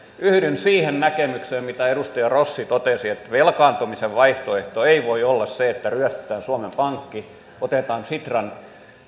yhdyn siihen näkemykseen mitä edustaja rossi totesi että velkaantumisen vaihtoehto ei voi olla se että ryöstetään suomen pankki otetaan sitran